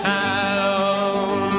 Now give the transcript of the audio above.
town